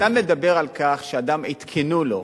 אתה מדבר על כך שאדם, עדכנו לו.